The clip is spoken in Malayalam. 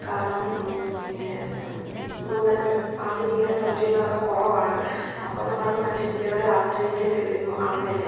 കാരണം പിന്നെ നൂതന ആധുനിക സൗകര്യങ്ങളൊക്കെ കുറവാണ് അപ്പോൾ അത് നമ്മൾ അത് മറ്റു ജില്ലകളെ ആശ്രയിക്കേണ്ടി വരുന്നു അങ്ങനെ